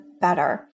better